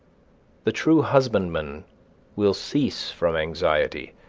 the true husbandman will cease from anxiety,